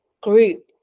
group